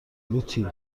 لوتی